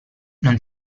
non